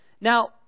Now